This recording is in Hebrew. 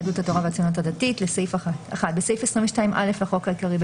יהדות התורה והציונות הדתית לסעיף (1): בסעיף 22א לחוק העיקרי,